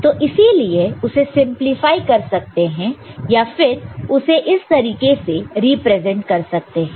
तो इसीलिए उसे सिंपलीफाई कर सकते हैं या फिर उसे इस तरीके से रिप्रेजेंट कर सकते हैं